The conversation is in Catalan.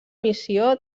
missió